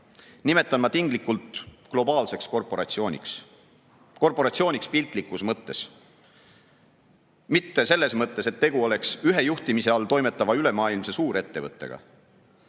nimetan ma tinglikult globaalseks korporatsiooniks. Korporatsiooniks piltlikus mõttes, mitte selles mõttes, et tegu oleks ühe juhtimise all toimetava ülemaailmse suurettevõttega.